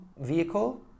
vehicle